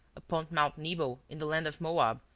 upon mount nebo in the land of moab,